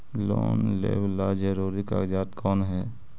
Loan लेब ला जरूरी कागजात कोन है?